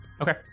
Okay